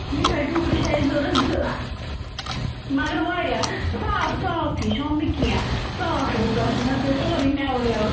مِٹھاے ٹوٗکرِ چھِ اَسہِ ضرورَت زٕ مگر واریاہ صاف صاف ہش ہُم نہٕ کیٚنٛہہ صاف گوٚژھ آسُن تَتھ پٮ۪ٹھ سورُے میوٕ ویوٕ